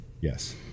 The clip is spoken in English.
Yes